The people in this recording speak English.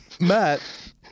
Matt